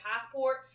passport